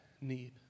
need